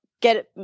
get